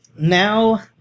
Now